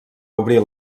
obrir